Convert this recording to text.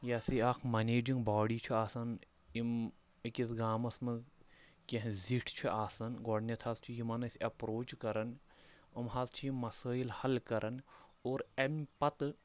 یہِ ہَسا یہِ اَکھ منیجِنٛگ باڈی چھِ آسان یِم أکِس گامَس منٛز کینٛہہ زِٹھۍ چھِ آسان گۄڈنٮ۪تھ حظ چھِ یِمَن أسۍ ایٚپروچ کَران یِم حظ چھِ یِم مسٲیِل حَل کَران اور اَمہِ پَتہٕ